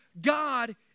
God